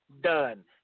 done